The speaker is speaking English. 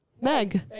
Meg